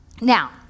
Now